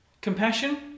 Compassion